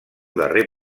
darrer